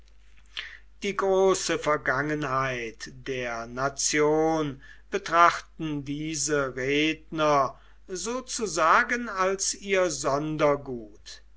die große vergangenheit der nation betrachten diese redner sozusagen als ihr